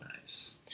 Nice